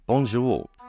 Bonjour